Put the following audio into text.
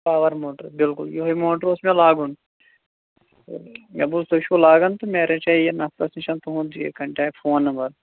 power motor بلکل یِہوے motor اوس مےٚ لاگُن مےٚ بوٗز تُہۍ چھُ لاگان تہٕ مےٚ رَچٲے یہِ نَفرَس نِش تُہند یہِ کَٹیکٹ فون نَمبر